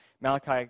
Malachi